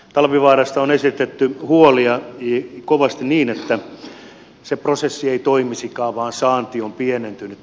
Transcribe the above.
talvivaarasta on esitetty huolia kovasti niin että se prosessi ei toimisikaan vaan saanti on pienentynyt